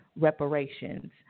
reparations